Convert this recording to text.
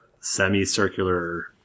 semicircular